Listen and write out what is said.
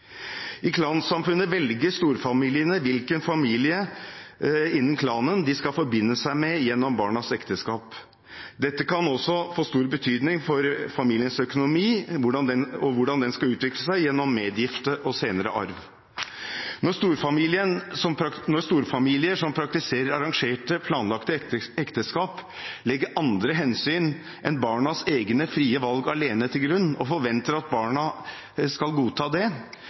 I klansamfunnet velger storfamiliene hvilken familie innen klanen de skal forbindes med gjennom barnas ekteskap. Dette kan også få stor betydning for familiens økonomi og hvordan den vil utvikle seg, gjennom medgift og senere arv. Når storfamilier som praktiserer arrangerte, planlagte, ekteskap, legger andre hensyn enn barnas egne frie valg alene til grunn og forventer at barna skal godta det, får det store konsekvenser for disse barnas liv og oppvekst. Jentene skjermes fra det